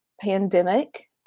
pandemic